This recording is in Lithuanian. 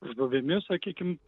žuvimi sakykim